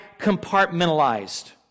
compartmentalized